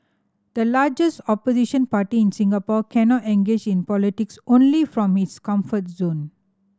the largest opposition party in Singapore cannot engage in politics only from its comfort zone